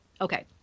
Okay